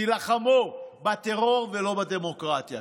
תילחמו בטרור ולא בדמוקרטיה.